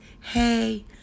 hey